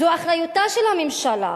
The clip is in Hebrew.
זו אחריותה של הממשלה,